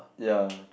ya t~